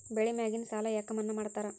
ಬೆಳಿ ಮ್ಯಾಗಿನ ಸಾಲ ಯಾಕ ಮನ್ನಾ ಮಾಡ್ತಾರ?